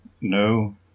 no